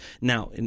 now